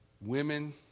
women